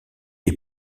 est